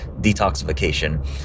detoxification